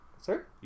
Sir